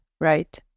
right